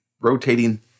rotating